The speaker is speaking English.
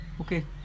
okay